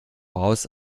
aus